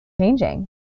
changing